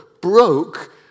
broke